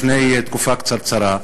לפני תקופה קצרצרה,